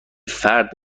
فرد